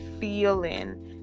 feeling